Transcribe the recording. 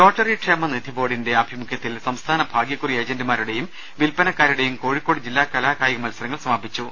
lottery ക്ഷേമനിധി ബോർഡിന്റെ ആഭിമുഖ്യത്തിൽ സംസ്ഥാന ഭാഗൃക്കുറി ഏജന്റുമാരുടെയും വിൽപ്പനക്കാരുടെയും കോഴിക്കോട് ജില്ലാ കലാ കായിക മത്സരങ്ങൾ സമാപിച്ചു